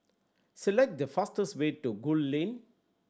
select the fastest way to Gul Lane